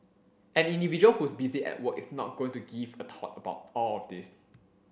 an individual who's busy at work is not going to give a thought about all of this